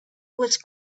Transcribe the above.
was